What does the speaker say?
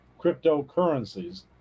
cryptocurrencies